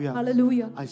Hallelujah